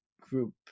group